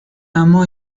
اما